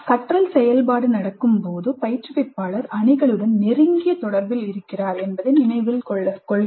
கற்றல் செயல்பாடு நடக்கும்போது பயிற்றுவிப்பாளர் அணிகளுடன் நெருங்கிய தொடர்பில் இருக்கிறார் என்பதை நினைவில் கொள்க